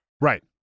right